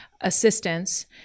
assistance